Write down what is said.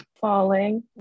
Falling